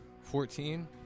Fourteen